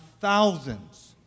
thousands